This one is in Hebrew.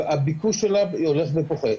הביקוש שלה הולך ופוחת.